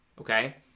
Okay